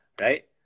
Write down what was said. right